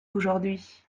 aujourd’hui